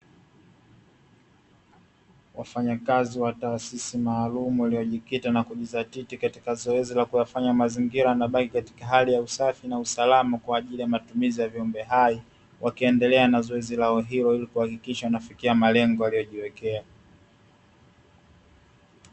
Wafanyakazi wa taasisi maalumu waliojikita na kujidhatiti katika zoezi la kuyafanya mazingira yanabaki katika hali ya usafi na usalama kwa ajili ya matumizi ya viumbehai, wakiendelea na zoezi lao hilo ili kufikisha malengo waliyojiwekea.